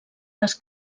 les